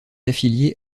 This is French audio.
affiliée